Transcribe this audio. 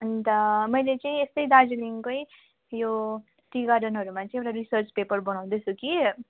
अन्त मैले चाहिँ यस्तै दार्जिलिङकै यो टी गार्डनहरूमा चाहिँ एउटा रिसर्च पेपर बनाउँदैछु कि